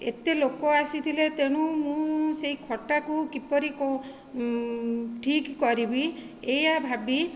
ଏତେ ଲୋକ ଆସିଥିଲେ ତେଣୁ ମୁଁ ସେହି ଖଟାକୁ କିପରି କେଉଁ ଠିକ୍ କରିବି ଏଇଆ ଭାବି